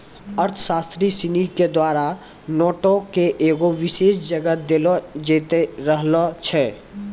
अर्थशास्त्री सिनी के द्वारा नोटो के एगो विशेष जगह देलो जैते रहलो छै